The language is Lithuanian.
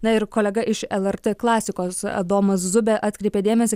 na ir kolega iš lrt klasikos adomas zubė atkreipė dėmesį